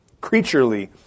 Creaturely